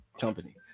company